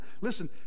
listen